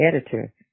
editor